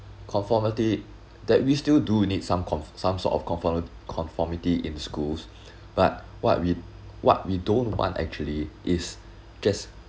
conformity that we still do need some conf~ some sort of comfortm~ conformity in schools but what we what we don't want actually is just